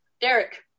Derek